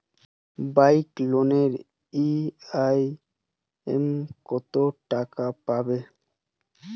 Bike লোনের EMI কত টাকা পড়বে?